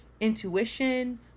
intuition